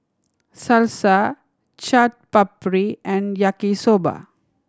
Salsa Chaat Papri and Yaki Soba